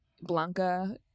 Blanca